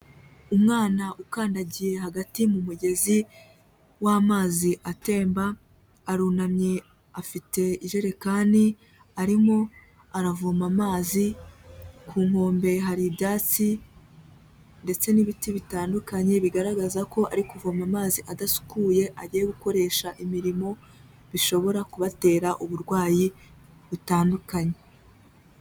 Umwana ukandagiye hagati mu mugezi w'amazi atemba, arunamye afite ijerekani, arimo aravoma amazi, ku nkombe hari ibyatsi ndetse n'ibiti bitandukanye bigaragaza ko ari kuvoma amazi adasukuye agiye gukoresha imirimo, bishobora kubatera uburwayi butandukanye.